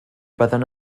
byddwn